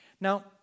Now